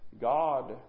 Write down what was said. God